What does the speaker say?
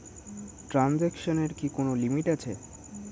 ট্রানজেকশনের কি কোন লিমিট আছে?